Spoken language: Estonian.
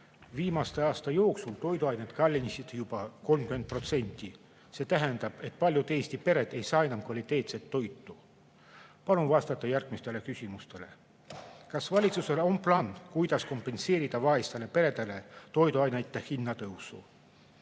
Viimase aasta jooksul kallinesid toiduained juba 30%. See tähendab, et paljud Eesti pered ei saa enam kvaliteetset toitu [osta]. Palun vastata järgmistele küsimustele. Kas valitsusel on plaan, kuidas kompenseerida vaestele peredele toiduainete hinnatõusu?